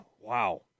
wow